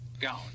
gone